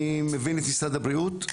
אני מבין את משרד הבריאות.